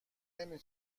نمی